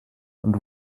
und